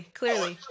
clearly